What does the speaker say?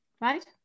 right